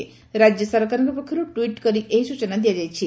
ରାକ୍ୟ ସରକାରଙ୍କ ପକ୍ଷରୁ ଟିଟ କରି ଏହି ସୂଚନା ଦିଆ ଯାଇଛି